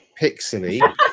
pixely